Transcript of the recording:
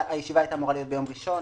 הישיבה היתה אמורה להיות ביום ראשון,